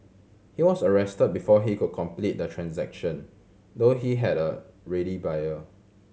he was arrested before he could complete the transaction though he had a ready buyer